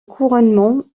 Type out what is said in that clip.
couronnement